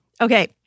Okay